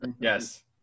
yes